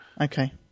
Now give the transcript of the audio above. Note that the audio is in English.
Okay